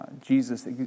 Jesus